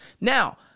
Now